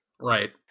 Right